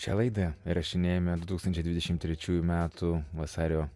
šią laidą rašinėjame du tūkstančiai dvidešimt trečiųjų metų vasario